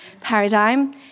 paradigm